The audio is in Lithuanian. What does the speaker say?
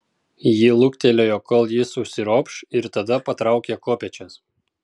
ji luktelėjo kol jis užsiropš ir tada patraukė kopėčias